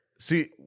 See